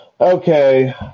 Okay